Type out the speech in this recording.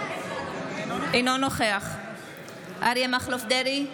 אינו נוכח אריה מכלוף דרעי,